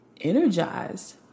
energized